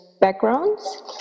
backgrounds